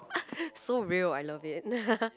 so real I love it